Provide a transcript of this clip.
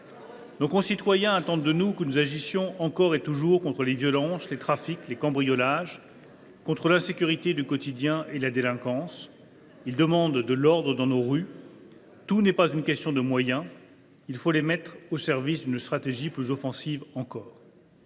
Nos concitoyens attendent de nous que nous agissions encore et toujours contre les violences, les trafics et les cambriolages, contre l’insécurité du quotidien et la délinquance. Ils demandent de l’ordre dans nos rues. Tout n’est pas qu’une question de moyens. Il faut mettre ces derniers au service d’une stratégie encore plus offensive.